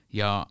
ja